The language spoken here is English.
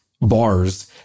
bars